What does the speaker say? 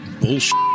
bullshit